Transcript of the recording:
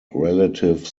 relative